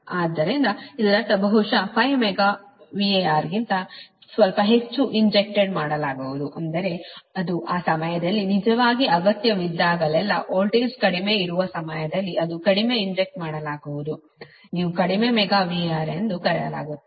ಆದ್ದರಿಂದ ಇದರರ್ಥ ಬಹುಶಃ 4 Mega VAR ಗಿಂತ ಸ್ವಲ್ಪ ಹೆಚ್ಚು ಇಂಜೆಕ್ಟೆಡ್ ಮಾಡಲಾಗುವುದು ಅಂದರೆ ಅದು ಆ ಸಮಯದಲ್ಲಿ ನಿಜವಾಗಿ ಅಗತ್ಯವಿದ್ದಾಗಲೆಲ್ಲಾ ವೋಲ್ಟೇಜ್ ಕಡಿಮೆ ಇರುವ ಸಮಯದಲ್ಲಿ ಅದು ಕಡಿಮೆ ಇಂಜೆಕ್ಟ್ ಮಾಡಲಾಗುವುದು ನೀವು ಕಡಿಮೆ ಮೆಗಾ VAR ಎಂದು ಕರೆಯಲಾಗುತ್ತದೆ